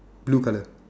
blue colour